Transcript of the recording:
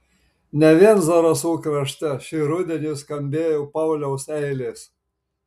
ne vien zarasų krašte šį rudenį skambėjo pauliaus eilės